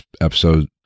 episode